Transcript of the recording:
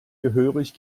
gehörig